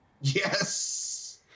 Yes